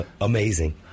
amazing